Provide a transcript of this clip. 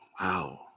Wow